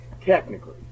Technically